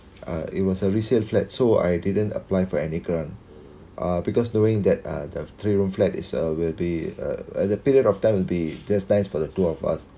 uh it was a resale flat so I didn't apply for any grant uh because knowing that uh the three room flat it's uh will be uh the period of time will be just nice for the two of us